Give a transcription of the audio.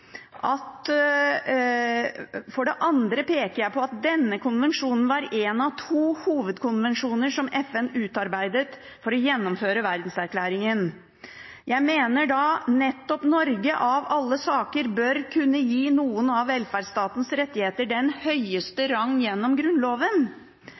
realisert. For det andre peker jeg på at denne konvensjonen var en av de to hovedkonvensjoner som FN utarbeidet for å gjennomføre Verdenserklæringen. Jeg mener da at nettopp Norge – av alle stater – bør kunne gi noen av velferdsstatens rettigheter den